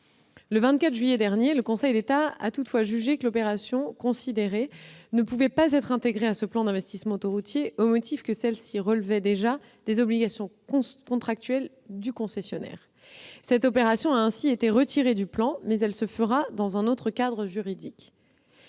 Le 24 juillet dernier, le Conseil d'État a toutefois jugé que l'opération considérée ne pouvait pas être intégrée à ce plan d'investissement autoroutier, au motif qu'elle relevait des obligations contractuelles du concessionnaire. Cette opération a ainsi été retirée du plan, mais elle se fera dans un autre cadre juridique.